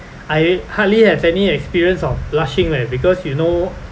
I hardly have any experience of blushing leh because you know